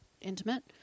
intimate